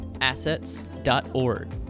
Assets.org